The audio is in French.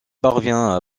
parvient